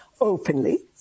openly